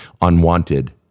unwanted